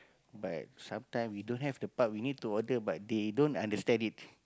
but sometime we don't have the part we need to order but they don't understand it